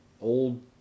old